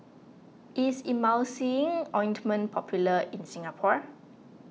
is Emulsying Ointment popular in Singapore